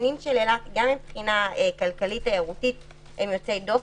המאפיינים של אילת גם מבחינה כלכלית תיירותית הם יוצאי דופן.